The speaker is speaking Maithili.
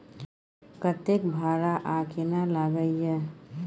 कतेक भाड़ा आ केना लागय ये?